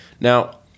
Now